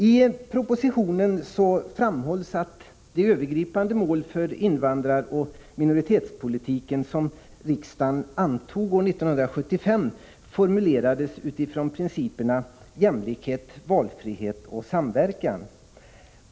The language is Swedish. I propositionen framhålls att de övergripande mål för invandraroch minoritetspolitiken som riksdagen antog år 1975 formulerades utifrån principerna jämlikhet, valfrihet och samverkan.